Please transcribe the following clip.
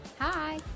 Hi